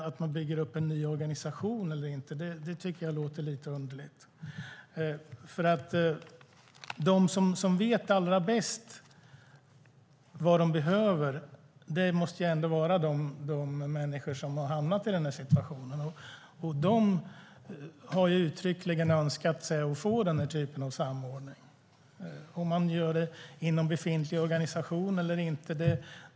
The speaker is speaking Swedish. Jag tycker att det låter lite underligt att det skulle kallas för att man bygger upp en ny organisation. Det måste ändå vara de människor som har hamnat i den här situationen som vet allra bäst vad de behöver, och de har uttryckligen önskat sig den här typen av samordning. Det spelar ingen roll om det sker inom en befintlig organisation eller inte.